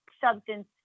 substance